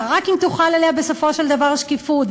ורק אם תוחל עליה בסופו של דבר שקיפות,